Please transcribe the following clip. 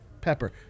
pepper